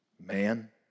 man